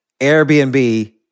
Airbnb